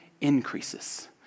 increases